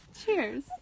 Cheers